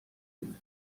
بود